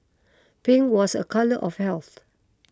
pink was a colour of health